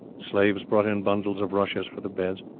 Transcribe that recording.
slaves brought in bundles of rushes for the beds.